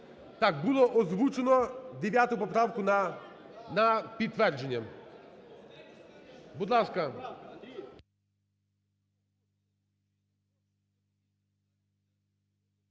Так, було озвучено 9 поправку на підтвердження, будь ласка.